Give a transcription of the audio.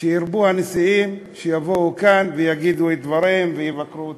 שירבו הנשיאים שיבואו לכאן ויגידו את דבריהם ויבקרו אותנו,